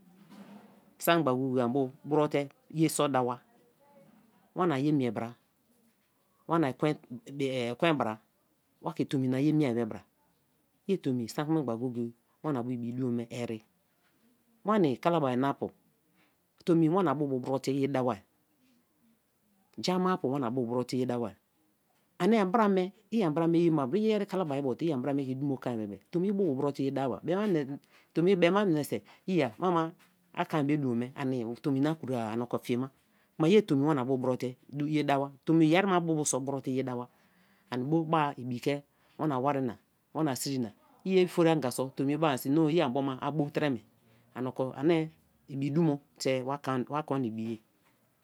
Sai gbe go-go-ye a mu bro te ye so dawa, wana ye mie bra, wana ekwen bra, wa ke tomi na ye mie be bra, ye tomi saki memgbe go-go-e wani bu ibi dumo me ere klani kalabari na-a pu; toma wan a bu bu brote ye dawa-ja-a mapu wana bu brote ye dawae; ani an bra me, i an bra me ye ma, iyeh kalabari bo te an bra me, ke dumo kon bebe, tomi i bu bu brote ye dawa ba be ma menise ye a kon be dumo me ani tomi na kro-a ani oko fie bra; mie ye tomi wani bu brote mu ye dawa; tomi yeri ma so bu brote mu ye dawa ani bo bai bi ke wana wari na, wani sirina, i-ofori anga so tomi i be bu no ye ani bo ma a bo tre me ani oko ani ibi dumo te wa kon na ibi ye